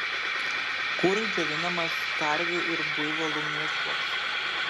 kurui džiovinamas karvių ir buivolų mėšlas